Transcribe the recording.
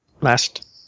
last